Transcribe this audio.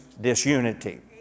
disunity